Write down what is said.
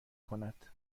کند